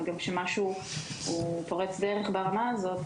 כשמשהו פורץ דרך ברמה הזאת,